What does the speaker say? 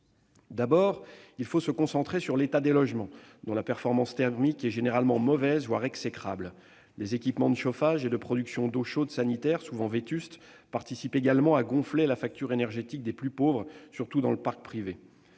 D'abord, il faut se concentrer sur l'état des logements : leur performance thermique est généralement mauvaise, voire exécrable. Les équipements de chauffage et de production d'eau chaude sanitaire, souvent vétustes, contribuent également à gonfler la facture énergétique des plus pauvres, surtout dans le parc privé.